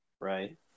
right